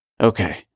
Okay